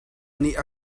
nih